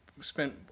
spent